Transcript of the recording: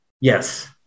Yes